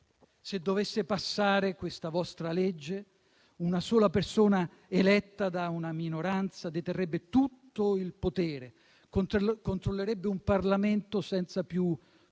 se dovesse passare questa vostra legge, una sola persona, eletta da una minoranza, deterrebbe tutto il potere, controllerebbe un Parlamento senza più funzioni,